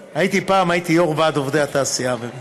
פעם הייתי יו"ר ועד התעשייה האווירית,